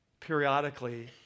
periodically